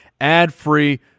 ad-free